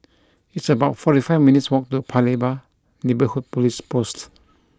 it's about forty five minutes' walk to Paya Lebar Neighbourhood Police Post